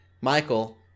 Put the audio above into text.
michael